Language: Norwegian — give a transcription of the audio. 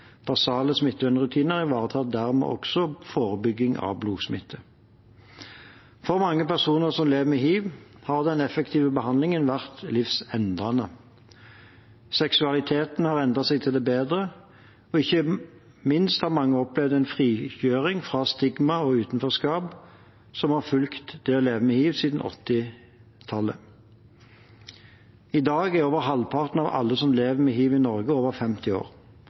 Basale smittevernrutiner ivaretar dermed også forebygging av blodsmitte. For mange personer som lever med hiv, har den effektive behandlingen vært livsendrende. Seksuallivet er endret til det bedre, og ikke minst har mange opplevd en frigjøring fra stigma og utenforskap som har fulgt det å leve med hiv siden 1980-tallet. I dag er over halvparten av alle som lever med hiv i Norge, over 50 år.